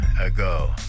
ago